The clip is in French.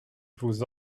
vous